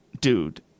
Dude